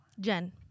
Jen